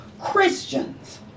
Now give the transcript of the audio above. Christians